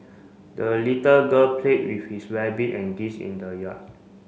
the little girl played with his rabbit and geese in the yard